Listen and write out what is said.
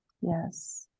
Yes